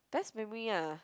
best memory ah